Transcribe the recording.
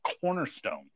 cornerstone